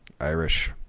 Irish